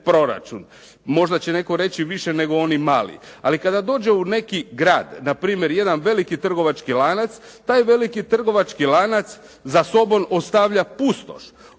možda će netko reći više nego oni mali ali kada dođe u neki grad na primjer jedan veliki trgovački lanac taj veliki trgovački lanac za sobom ostavlja pustoš